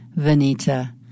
Venita